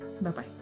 Bye-bye